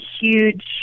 huge